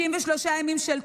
53 ימים של תופת,